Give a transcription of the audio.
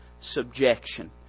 subjection